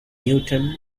newton